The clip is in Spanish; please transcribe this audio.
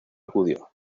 acudió